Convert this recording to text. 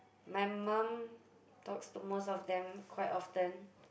my mum talks to most of them quite often